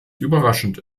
überraschend